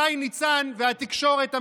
שי ניצן והתקשורת המגויסת.